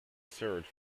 served